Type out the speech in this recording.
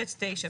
ב' (9).